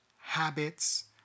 habits